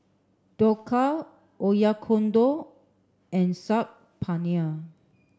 Dhokla Oyakodon and Saag Paneer